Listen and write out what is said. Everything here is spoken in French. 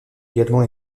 également